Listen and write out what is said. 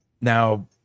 Now